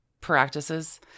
practices